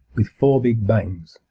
with four big bangs.